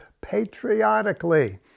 patriotically